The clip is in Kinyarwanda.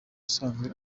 usanzwe